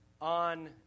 On